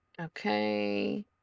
Okay